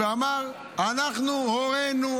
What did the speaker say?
ואמר: אנחנו הורינו,